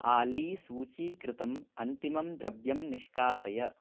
आली सूचीकृतम् अन्तिमं द्रव्यं निष्कासय